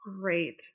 Great